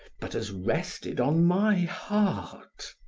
but has rested on my heart.